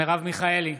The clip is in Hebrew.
מרב מיכאלי,